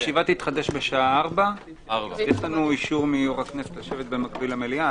הישיבה תתחדש בשעה 16:00. יש לנו אישור מיו"ר הכנסת לשבת במקביל למליאה,